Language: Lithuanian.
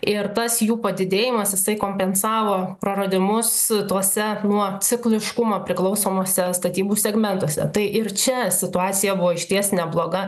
ir tas jų padidėjimas jisai kompensavo praradimus tose nuo cikliškumo priklausomuose statybų segmentuose tai ir čia situacija buvo išties nebloga